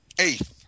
eighth